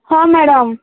ହଁ ମ୍ୟାଡ଼ାମ୍